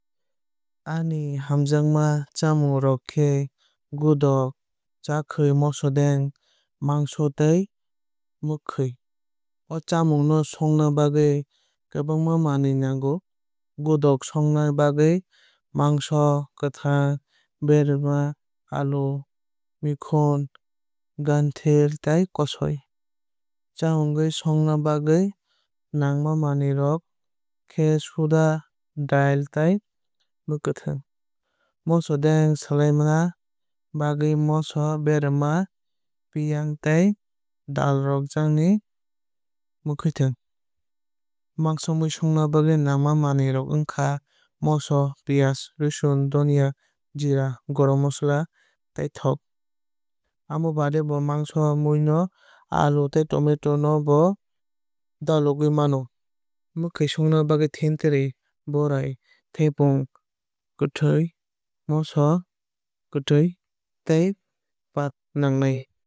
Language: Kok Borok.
Ani hamjakma chamungni rok khe godok chakhwui mosodedng mangso tei mwkhwui. O chamung no songna bagwui kwbangma manwui nango. Godak songna bagwui moso kwthang berma alu mikhon ganithal tei kosoi. Chakhwui songna bagwui nangma manwui rok khe soda dal tei mwkhwuitwng. Mosodeng swlamna bagwui moso berma piyaj tei dalokjagnai mwkhwuitwng. Mangso mui songna bagwui nangma manwui rok wngkha moso piyaj rosun donya jeera gorom mosola tei thok. Amo baade bo mangso mui o alu tei tomato no bo dalogwui mano. Mwkhwui songna bagwui thentwrwui borai thaiplok kwtwui moso kwthwui tej pata nangnai.